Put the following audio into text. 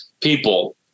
people